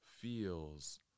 feels